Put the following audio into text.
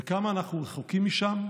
וכמה אנחנו רחוקים משם?